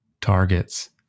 targets